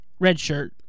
redshirt